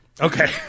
Okay